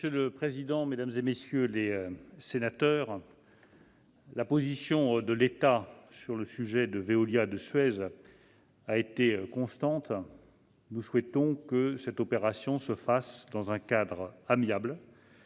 Monsieur le président, mesdames, messieurs les sénateurs, la position de l'État sur Veolia et Suez a été constante : nous souhaitons que cette opération se fasse dans un cadre amiable,